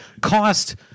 Cost